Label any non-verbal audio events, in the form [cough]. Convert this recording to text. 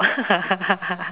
[laughs]